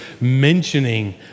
mentioning